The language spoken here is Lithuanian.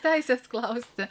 teisės klausti